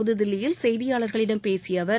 புதுதில்லியில் செய்தியாளர்களிடம் பேசிய அவர்